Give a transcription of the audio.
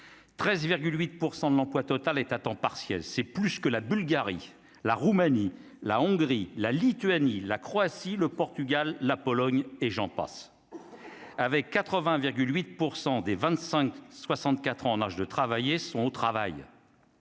13 8 % de l'emploi total est à temps partiel, c'est plus que la Bulgarie, la Roumanie, la Hongrie, la Lituanie, la Croatie, le Portugal, la Pologne et j'en passe, avec 80 virgule 8 % des 25 64 ans en âge de travailler sont au travail.